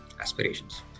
aspirations